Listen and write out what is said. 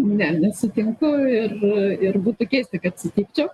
ne nesutinku ir ir būtų keista kad sutikčiau